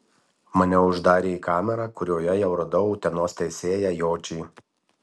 mane uždarė į kamerą kurioje jau radau utenos teisėją jočį